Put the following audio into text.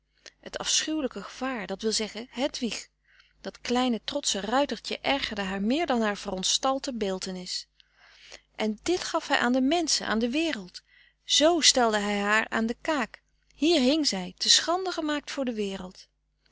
het afschuwelijke gevaar dat wil zeggen hedwig dat kleine trotsche frederik van eeden van de koele meren des doods ruitertje ergerde haar meer dan haar verontstalte beeltenis en dit gaf hij aan de menschen aan de wereld z stelde hij haar aan de kaak hier hing zij te schande gemaakt voor de wereld